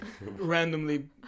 randomly